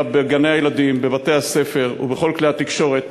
אלא בגני-הילדים, בבתי-הספר ובכל כלי התקשורת.